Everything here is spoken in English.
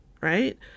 right